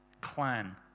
clan